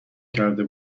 کرده